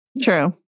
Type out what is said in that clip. true